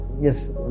Yes